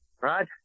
right